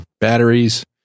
batteries